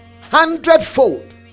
hundredfold